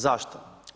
Zašto?